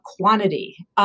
quantity